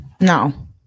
No